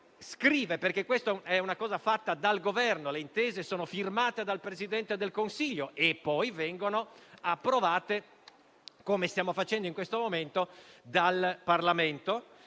questo, perché questa è una cosa fatta dal Governo. Le intese sono firmate dal Presidente del Consiglio e poi vengono approvate - come stiamo facendo in questo momento - dal Parlamento.